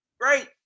great